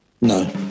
no